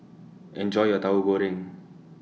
Enjoy your Tahu Goreng